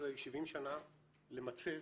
אחרי 70 שנה למצב,